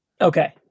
Okay